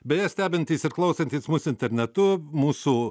beje stebintys ir klausantys mus internetu mūsų